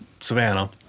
Savannah